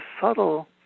subtle